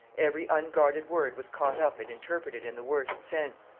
every unguarded word was caught up and interpreted in the worst sense,